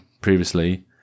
previously